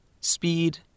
speed